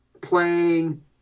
playing